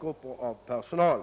grup per av personal.